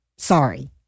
sorry